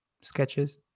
sketches